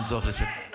אין צורך לסכם.